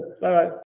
Bye-bye